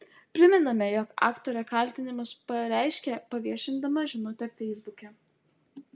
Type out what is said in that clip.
primename jog aktorė kaltinimus pareiškė paviešindama žinutę feisbuke